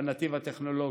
בנתיב הטכנולוגי.